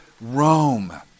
Rome